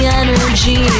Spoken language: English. energy